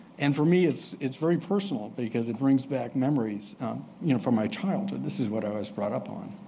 and for me, it's it's very personal because it brings back memories from my childhood. this is what i was brought up on.